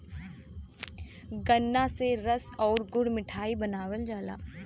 गन्रा से रस आउर गुड़ मिठाई बनावल जाला